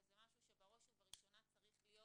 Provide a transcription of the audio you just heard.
וזה משהו שבראש ובראשונה צריך להיות